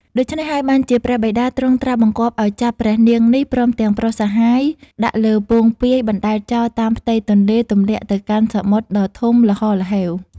ដូច្នេះហើយ បានជាព្រះបិតាទ្រង់ត្រាស់បង្គាប់ឲ្យចាប់ព្រះនាងនេះ ព្រមទាំងប្រុសសាហាយ ដាក់លើពោងពាយបណ្ដែតចោលតាមផ្ទៃទន្លេ ទម្លាក់ទៅកាន់សមុទ្រដ៏ធំល្ហល្ហេវ។